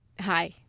Hi